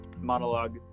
monologue